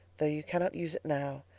though you cannot use it now.